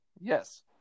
Yes